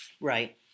Right